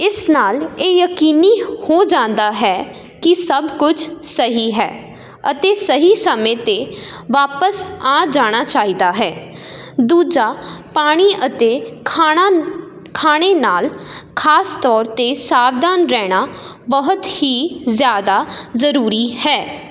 ਇਸ ਨਾਲ ਇਹ ਯਕੀਨੀ ਹੋ ਜਾਂਦਾ ਹੈ ਕਿ ਸਭ ਕੁਝ ਸਹੀ ਹੈ ਅਤੇ ਸਹੀ ਸਮੇਂ 'ਤੇ ਵਾਪਸ ਆ ਜਾਣਾ ਚਾਹੀਦਾ ਹੈ ਦੂਜਾ ਪਾਣੀ ਅਤੇ ਖਾਣਾ ਖਾਣੇ ਨਾਲ ਖਾਸ ਤੌਰ 'ਤੇ ਸਾਵਧਾਨ ਰਹਿਣਾ ਬਹੁਤ ਹੀ ਜ਼ਿਆਦਾ ਜ਼ਰੂਰੀ ਹੈ